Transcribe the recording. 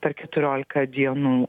per keturiolika dienų